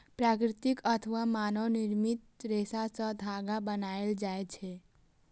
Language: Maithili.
प्राकृतिक अथवा मानव निर्मित रेशा सं धागा बनायल जाए छै